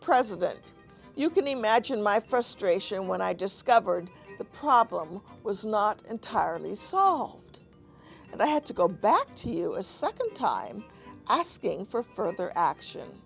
president you can imagine my frustration when i discovered the problem was not entirely solved and i had to go back to you a second time asking for further action